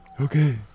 Okay